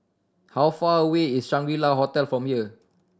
how far away is Shangri La Hotel from here